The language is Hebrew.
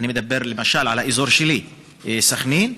אני מדבר למשל על האזור שלי, סח'נין,